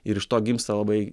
ir iš to gimsta labai